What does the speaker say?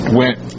went